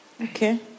Okay